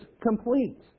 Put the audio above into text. complete